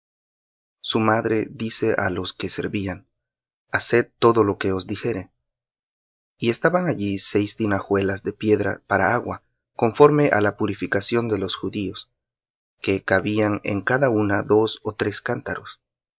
su madre dice á los que servían haced todo lo que os dijere y estaban allí seis tinajuelas de piedra para agua conforme á la purificación de los judíos que cabían en cada una dos ó tres cántaros